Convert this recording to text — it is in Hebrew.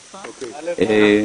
הלוואי.